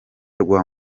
rwa